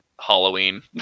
Halloween